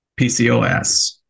PCOS